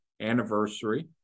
anniversary